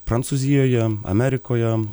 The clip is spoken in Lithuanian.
prancūzijoje amerikoje